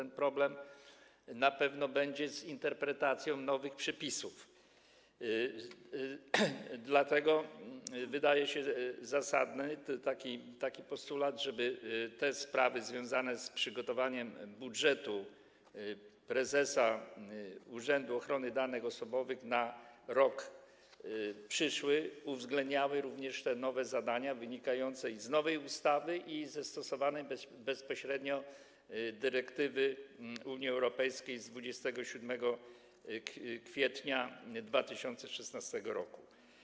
Na pewno będzie problem z interpretacją nowych przepisów, dlatego wydaje się zasadny taki postulat, żeby sprawy związane z przygotowaniem budżetu prezesa Urzędu Ochrony Danych Osobowych na rok przyszły uwzględniały również nowe zadania wynikające z nowej ustawy i ze stosowanej bezpośrednio dyrektywy Unii Europejskiej z 27 kwietnia 2016 r.